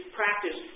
practice